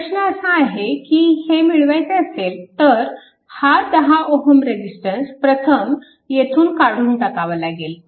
प्रश्न असा आहे की हे मिळवायचे असेल तर हा 10 Ω रेजिस्टन्स प्रथम येथून काढून टाकावा लागेल